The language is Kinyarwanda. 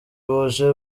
buje